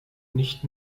nicht